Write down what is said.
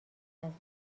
است